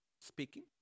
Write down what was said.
speaking